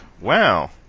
Wow